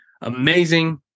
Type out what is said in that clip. amazing